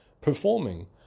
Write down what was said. performing